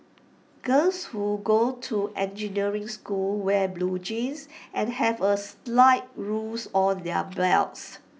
girls who go to engineering school wear blue jeans and have A slide rule on their belts